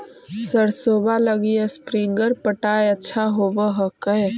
सरसोबा लगी स्प्रिंगर पटाय अच्छा होबै हकैय?